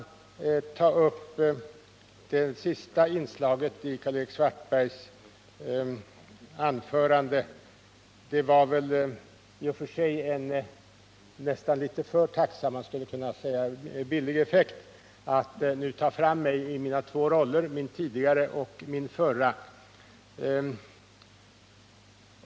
Beträffande det sista inslaget i Karl-Erik Svartbergs anförande vill jag säga att det var en nästan litet för tacksam, man skulle kunna säga för billig, effekt att nu ta fram mig i mina två roller, min tidigare och min nuvarande.